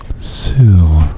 Sue